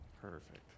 Perfect